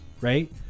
right